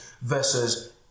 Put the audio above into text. versus